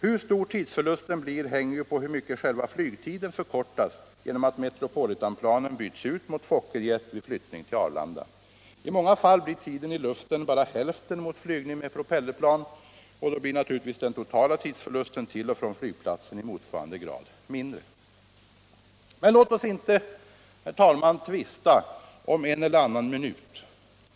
Hur stor tidsförlusten blir hänger på hur mycket själva flygtiden förkortas genom att Metropolitanplanen byts ut mot Fokker-jet vid flyttning till Arlanda. I många fall blir tiden i luften bara hälften mot vid flygning med propellerplan, och då blir naturligtvis den totala tidsförlusten till och från Nygplatsen i motsvarande grad mindre. Men låt oss inte, herr talman, tvista om en eller annan minut.